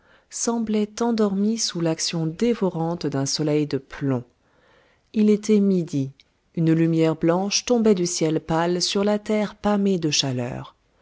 semblait endormie sous l'action dévorante d'un soleil de plomb il était midi une lumière blanche tombait du ciel pâle sur la terre pâmée de chaleur